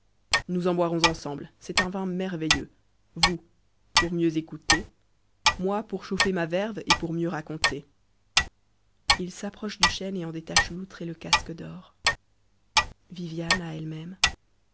nous en boirons ensemble c'est un vin merveilleux vous pour mieux écouter moi pour chauffer ma verve et pour mieux raconter w m faam t m f m m m f viviane